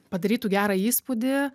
padarytų gerą įspūdį